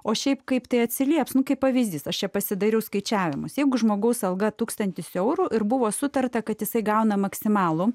o šiaip kaip tai atsilieps nu kaip pavyzdys aš pasidariau skaičiavimus jeigu žmogaus alga tūkstantis eurų ir buvo sutarta kad jisai gauna maksimalų